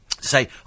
say